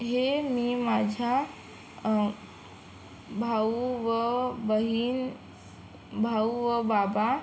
हे मी माझ्या भाऊ व बहीण भाऊ व बाबा